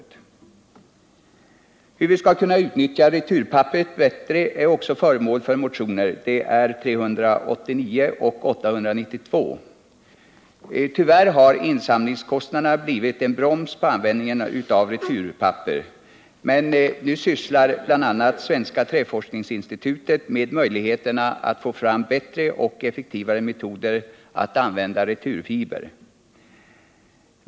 Frågan hur vi bättre skall kunna utnyttja returpapperet har tagits upp i motionerna 389 och 892. Tyvärr har insamlingskostnaderna blivit en broms på användningen av returpapper, men nu sysslar bl.a. Svenska träforskningsinstitutet med möjligheterna att få fram bättre och effektivare metoder att använda returfiber.